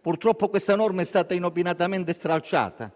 Purtroppo questa norma è stata inopinatamente stralciata